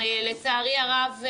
לצערי הרב,